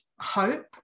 hope